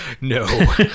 No